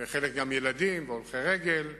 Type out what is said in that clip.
וחלק גם ילדים והולכי רגל,